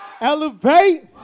Elevate